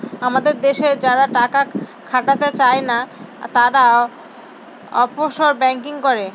আমাদের দেশে যারা টাকা খাটাতে চাই না, তারা অফশোর ব্যাঙ্কিং করে